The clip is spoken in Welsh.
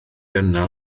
yna